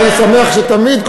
אני שמח שתמיד,